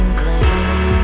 clean